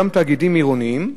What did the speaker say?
גם תאגידים עירוניים,